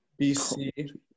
bc